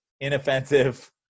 inoffensive